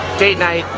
date night.